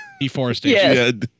deforestation